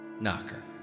Knocker